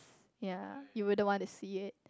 ya you wouldn't want to see it